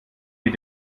mit